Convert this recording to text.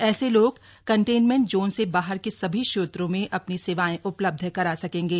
ऐसे लोग containment zone से बाहर के सभी क्षेत्रों में अपनी सेवाएं उपलब्ध करा सकेंगे